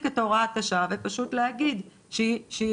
את תקופת ההיערכות ופשוט להגיד שהיא